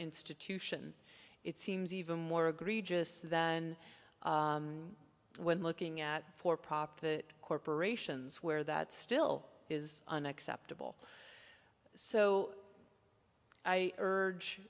institution it seems even more egregious than when looking at for profit corporations where that still is unacceptable so i urge